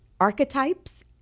archetypes